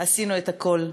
עשינו את הכול,